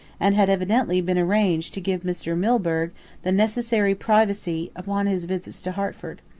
and had evidently been arranged to give mr. milburgh the necessary privacy upon his visits to hertford.